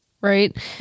right